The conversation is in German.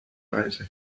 reise